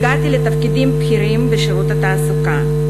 הגעתי לתפקידים בכירים בשירות התעסוקה,